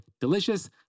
delicious